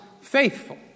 faithful